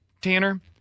Tanner